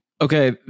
Okay